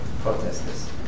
protesters